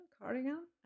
cardigan